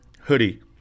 hoodie